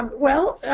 well,